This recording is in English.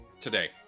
today